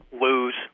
lose